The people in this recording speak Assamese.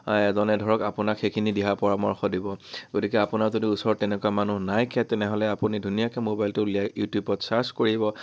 এজনে ধৰক আপোনাক সেইখিনি দিহা পৰামৰ্শ দিব গতিকে আপোনাৰ যদি ওচৰত তেনেকুৱা মানুহ নাইকীয়া তেনেহ'লে আপুনি ধুনীয়াকে মোবাইলটো উলিয়াই ইউটিউবত চাৰ্ছ কৰিব